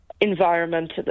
environment